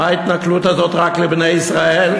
מה ההתנכלות הזאת רק לבני ישראל?